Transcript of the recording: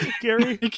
Gary